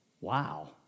Wow